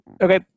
Okay